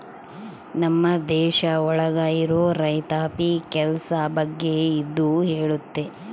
ನಮ್ ದೇಶ ಒಳಗ ಇರೋ ರೈತಾಪಿ ಕೆಲ್ಸ ಬಗ್ಗೆ ಇದು ಹೇಳುತ್ತೆ